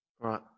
right